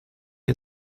had